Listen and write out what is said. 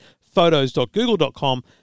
photos.google.com